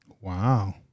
Wow